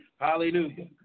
Hallelujah